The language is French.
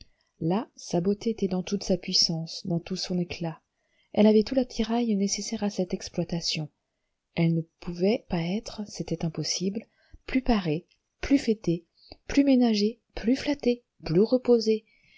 là sa beauté était dans toute sa puissance dans tout son éclat elle avait tout l'attirail nécessaire à cette exploitation elle ne pouvait pas être c'était impossible plus parée plus fêtée plus ménagée plus flattée plus reposée